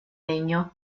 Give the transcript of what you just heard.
legno